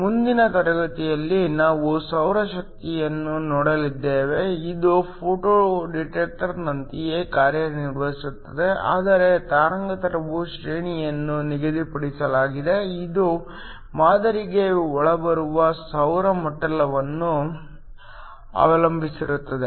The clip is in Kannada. ಮುಂದಿನ ತರಗತಿಯಲ್ಲಿ ನಾವು ಸೌರ ಕೋಶವನ್ನು ನೋಡಲಿದ್ದೇವೆ ಇದು ಫೋಟೋ ಡಿಟೆಕ್ಟರ್ನಂತೆಯೇ ಕಾರ್ಯನಿರ್ವಹಿಸುತ್ತದೆ ಆದರೆ ತರಂಗಾಂತರ ಶ್ರೇಣಿಯನ್ನು ನಿಗದಿಪಡಿಸಲಾಗಿದೆ ಇದು ಮಾದರಿಗೆ ಒಳಬರುವ ಸೌರ ವರ್ಣಪಟಲವನ್ನು ಅವಲಂಬಿಸಿರುತ್ತದೆ